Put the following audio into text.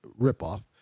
ripoff